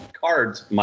cards